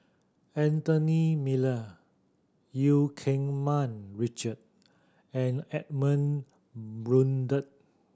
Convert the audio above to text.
Anthony Miller Eu Keng Mun Richard and Edmund Blundell